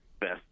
best